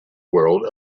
world